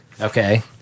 Okay